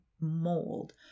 mold